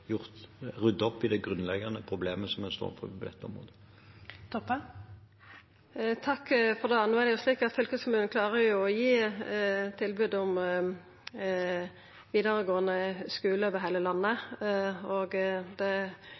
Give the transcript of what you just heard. opp i det grunnleggende problemet en står overfor på dette området. No er det jo slik at fylkeskommunen klarar å gi tilbod om vidaregåande skule over heile landet. Det